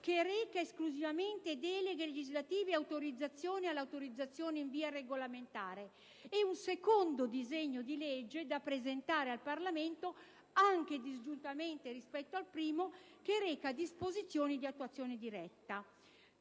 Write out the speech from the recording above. che reca esclusivamente deleghe legislative e autorizzazioni all'autorizzazione in via regolamentare, e un secondo disegno di legge da presentare al Parlamento, anche disgiuntamente rispetto al primo, che reca disposizioni di attuazione diretta.